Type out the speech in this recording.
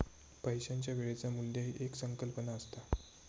पैशाच्या वेळेचा मू्ल्य ही एक संकल्पना असता